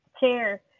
chair